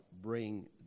bring